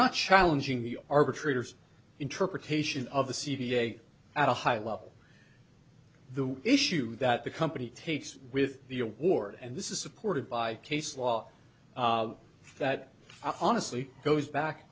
not challenging the arbitrator's interpretation of the c v a at a high level the issue that the company takes with the award and this is supported by case law that honestly goes back